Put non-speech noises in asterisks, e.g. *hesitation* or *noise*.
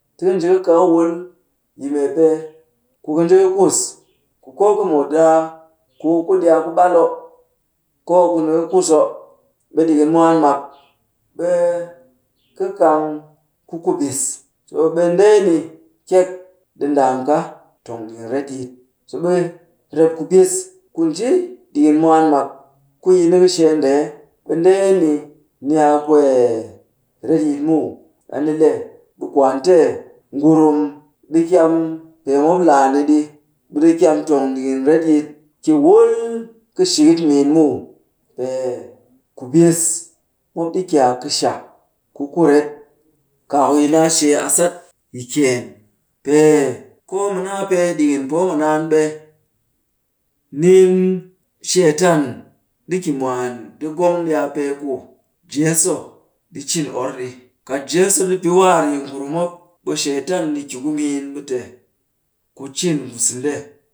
Ti ka nji ka kaa ka wul yi mee pee, ku ka nji ka kus, ku koo ka muut *unintelligible* kuku kuɗi a ku ɓal oh, koo a ku nika kus oh. Ɓe ɗikin mwaan mak, ɓe ka kang ku kubis. Toh ɓe ndee ni kyek ɗi ndaam ka tong ɗikin retyit. *hesitation* ɓe rep kubis ku nji ɗikin mwaan mak, ku yi nika shee ndee, ɓe ndeeni, ni a kwee retyit muw. A ni le ɓe kwaan a te ngurum ɗi kyam, pee mop laa ni ɗi, ɓe ɗi kyam tong ɗikin retyit ki wul kɨ shikit miin muw. Pee kubis mop ɗi ki a kɨshak ku kuret. Kwaaku naa shee a sat yi kyeen. Pee koo mu naa pee dikin poo mu naan ɓe nin shaitan ɗi ki mwaan ti gong ɗi a pee ku jeso ɗi cin or ɗi. Kat jesu ɗi pɨ waar yi ngurum mop, ɓe shaitan ɗi ki ku miin ɓe te ku cin ku sende.